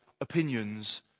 opinions